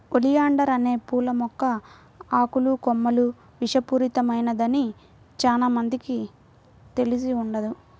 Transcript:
oleander అనే పూల మొక్క ఆకులు, కొమ్మలు విషపూరితమైనదని చానా మందికి తెలిసి ఉండదు